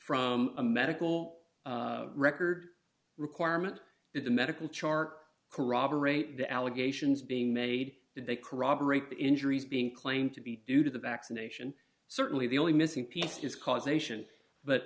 from a medical record requirement that the medical chart corroborate the allegations being made that they corroborate the injuries being claimed to be due to the vaccination certainly the only missing piece is causation but